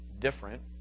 different